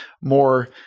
more